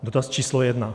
Dotaz číslo jedna.